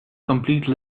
complete